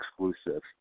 exclusive